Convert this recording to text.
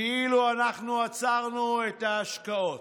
כאילו אנחנו עצרנו את ההשקעות.